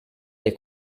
dei